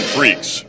Freaks